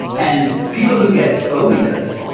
and people who get phobias,